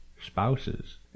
spouses